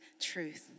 truth